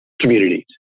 communities